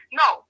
no